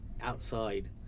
outside